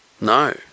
No